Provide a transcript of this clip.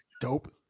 dope